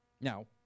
Now